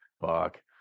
Fuck